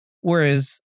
whereas